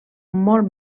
molt